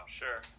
sure